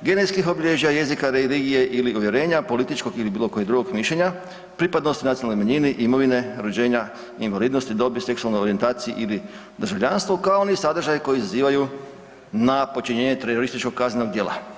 genetskih obilježja jezika, religije ili uvjerenja, političkog ili bilo kojeg drugog mišljenja, pripadnosti nacionalnoj manjini, imovine, rođenja, invalidnosti, dobi, seksualnoj orijentaciji ili državljanstvo, kao ni sadržaj koji izazivaju na počinjenje terorističkog kaznenog djela.